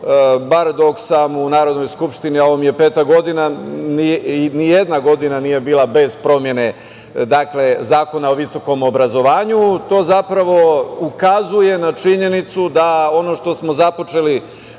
bar dok sam u Narodnoj skupštini, a ovo mi je peta godina, nijedna godina nije bila bez promene Zakona o visokom obrazovanju. To zapravo ukazuje na činjenicu da ono što smo započeli